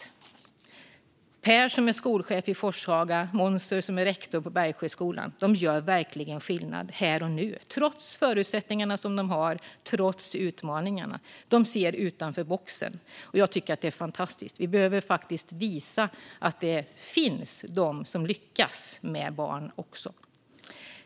Per Johansson som är skolchef på Forshagaakademin och Monzer El-Sabini som är rektor på Bergsjöskolan gör verkligen skillnad här och nu, trots de förutsättningar som de har och trots utmaningarna. De ser utanför boxen. Jag tycker att det är fantastiskt. Vi behöver faktiskt visa att det finns de som lyckas med barn också. Fru talman!